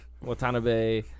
Watanabe